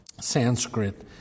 Sanskrit